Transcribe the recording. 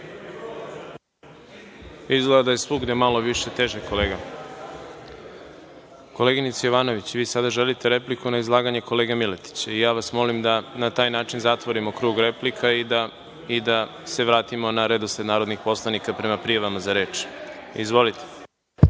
Izgleda da je svugde malo više teže kolega. Koleginice Jovanović, vi sada želite repliku na izlaganje kolege Miletića?(Nataša Sp. Jovanović: Da.)Ja vas molim da na taj način zatvorimo krug replika i da se vratimo na redosled narodnih poslanika prema prijavama za reč. Izvolite.